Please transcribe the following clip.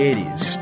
80s